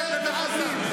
גזר דין מוות למחבלים.